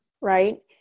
right